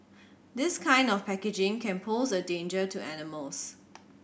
this kind of packaging can pose a danger to animals